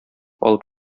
алып